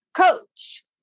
coach